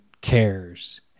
cares